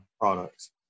products